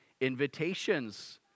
invitations